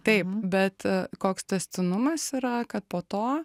taip bet koks tęstinumas yra kad po to